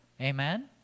Amen